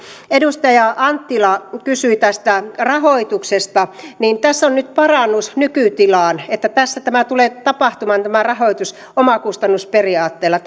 edustaja anttila kysyi tästä rahoituksesta tässä on nyt parannus nykytilaan että tässä tulee tapahtumaan tämä rahoitus omakustannusperiaatteella